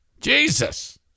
Jesus